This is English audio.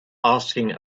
asking